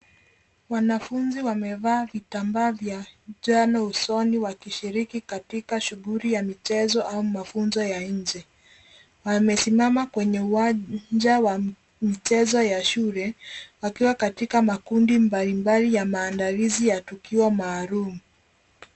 Wanafunzi wamevaa vitambaa vya njano usoni wakishiriki katika shuguli ya michezo au mafunzo ya nje. Wamesimama kwenye uwanja wa michezo ya shule wakiwa katika makundi mbalimbali ya maandalizi ya tukio maalum.